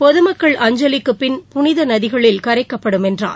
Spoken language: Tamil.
பொதுமக்கள் அஞ்சலிக்குப் பின் புனித நதிகளில் கரைக்கப்படும் என்றார்